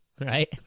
Right